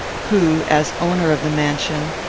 who, as owner of the mansion,